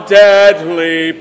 deadly